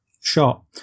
shot